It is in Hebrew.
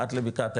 עד לבקעת הירדן,